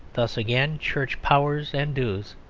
thus again church powers and dues,